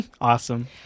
Awesome